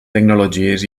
tecnologies